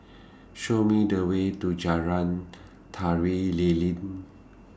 Show Me The Way to Jalan Tari Lilin